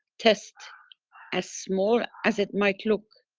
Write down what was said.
tests as small as it might look.